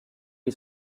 die